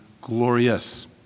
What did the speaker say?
glorious